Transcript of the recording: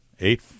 eight